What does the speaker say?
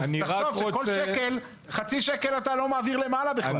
אז תחשוב שעל כל שקל חצי שקל אתה לא מעביר למעלה בכלל.